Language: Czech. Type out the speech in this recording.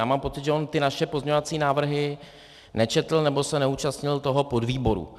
Já mám pocit, že on ty naše pozměňovací návrhy nečetl, nebo se neúčastnil toho podvýboru.